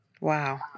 Wow